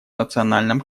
национальном